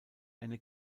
eine